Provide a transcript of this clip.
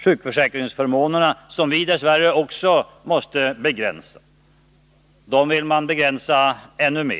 Sjukförsäkringsförmånerna, som vi dess värre också måste begränsa, vill man begränsa ännu mer.